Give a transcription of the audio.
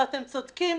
ואתם צודקים,